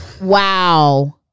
Wow